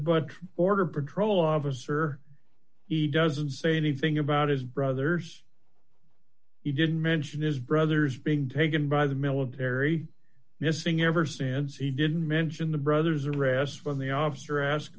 book border patrol officer he doesn't say anything about his brother's he didn't mention his brothers being taken by the military missing ever since he didn't mention the brothers arrest from the officer ask